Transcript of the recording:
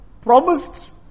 promised